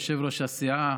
יושב-ראש הסיעה.